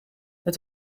het